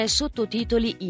sottotitoli